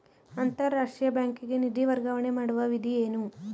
ಅಂತಾರಾಷ್ಟ್ರೀಯ ಬ್ಯಾಂಕಿಗೆ ನಿಧಿ ವರ್ಗಾವಣೆ ಮಾಡುವ ವಿಧಿ ಏನು?